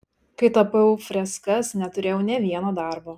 kai tapiau freskas neturėjau nė vieno darbo